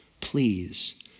please